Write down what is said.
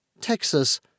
Texas